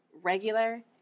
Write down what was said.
Regular